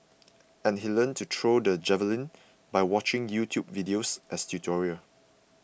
and he learnt to throw the javelin by watching YouTube videos as tutorial